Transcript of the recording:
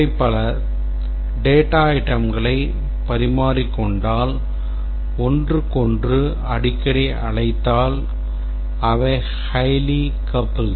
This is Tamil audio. அவை பல data itemகளை பரிமாறிக்கொண்டால் ஒன்றுக்கொன்று அடிக்கடி அழைத்தால் அவை highly coupled